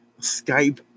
Skype